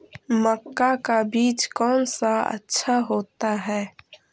मक्का का बीज कौन सा अच्छा होता है?